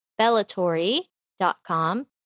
Bellatory.com